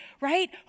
right